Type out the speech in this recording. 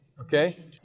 Okay